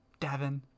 Davin